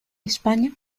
españa